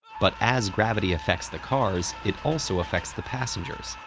but as gravity affects the cars, it also affects the passengers.